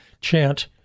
chant